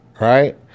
right